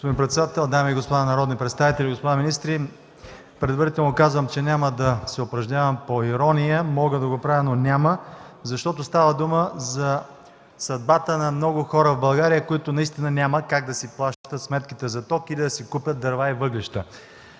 Господин председател, дами и господа народни представители, господа министри! Предварително казвам, че няма да се упражнявам по ирония. Мога да го правя, но няма, защото става дума за съдбата на много хора в България, които наистина няма как да си плащат сметките за ток и да си купят дърва и въглища.